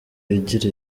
igira